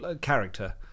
character